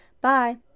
Bye